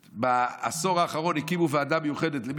בעשור האחרון הקימו ועדה מיוחדת לרפורמות,